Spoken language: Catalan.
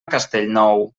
castellnou